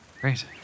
Great